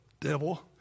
devil